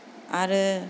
आरो